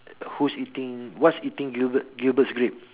who's eating what's eating gilbert's grape